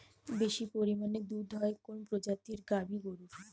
বেশি পরিমানে দুধ হয় কোন প্রজাতির গাভি গরুর?